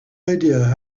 idea